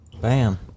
Bam